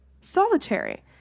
solitary